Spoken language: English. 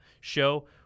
show